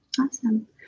Awesome